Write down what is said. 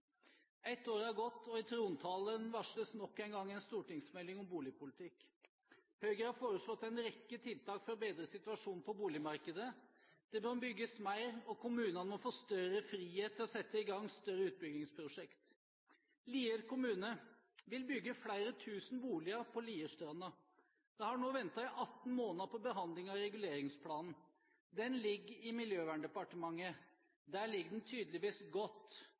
Ett år er gått, og i trontalen varsles det nok en gang en stortingsmelding om boligpolitikk. Høyre har foreslått en rekke tiltak for å bedre situasjonen på boligmarkedet. Det må bygges mer, og kommunene må få større frihet til å sette i gang større utbyggingsprosjekter. Lier kommune vil bygge flere tusen boliger på Lierstranda. Kommunen har nå ventet i 18 måneder på behandling av reguleringsplanen. Den ligger i Miljøverndepartementet. Der ligger den tydeligvis godt.